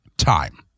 Time